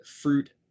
fruit